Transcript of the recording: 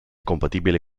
compatibile